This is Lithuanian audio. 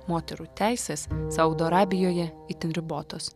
moterų teisės saudo arabijoje itin ribotos